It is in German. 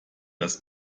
das